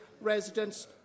residents